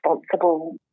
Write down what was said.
responsible